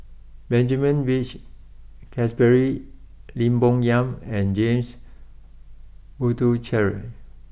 Benjamin Peach Keasberry Lim Bo Yam and James Puthucheary